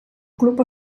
club